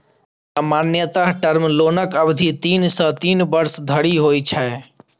सामान्यतः टर्म लोनक अवधि तीन सं तीन वर्ष धरि होइ छै